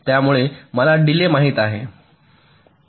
त्यामुळे मला डेलेय माहित आहे